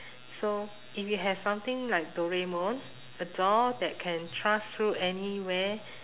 so if you have something like doraemon a door that can transfer anywhere